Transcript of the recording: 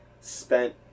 spent